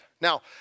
Now